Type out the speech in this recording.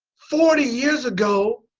forty years ago